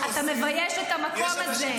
אתה מבייש את המקום הזה.